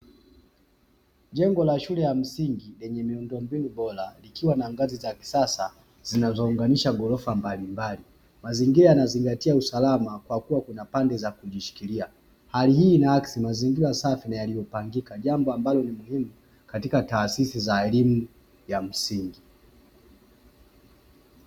Jengo la shule ya msingi lenye miundombinu bora, likiwa na ngazi za kisasa zinazounganisha ghorofa mbalimbali, mazingira yanazingatia usalama kwa kuwa kuna pande za kujishikilia, hali hii ina akisi mazingira safi na yaliyopangika jambo ambalo ni muhimu katika taasisi za elimu ya msingi.